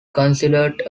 considered